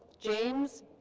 james,